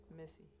Missy